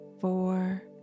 four